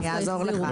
אני אעזור לך.